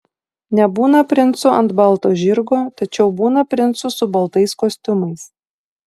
nebūna princų ant balto žirgo tačiau būna princų su baltais kostiumais